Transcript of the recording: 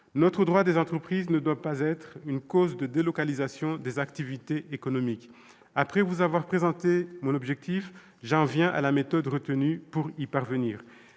Notre droit des entreprises ne doit pas être une cause de délocalisation des activités économiques. Après vous avoir présenté mon objectif, j'en viens à la méthode retenue pour y parvenir.